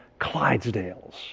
Clydesdales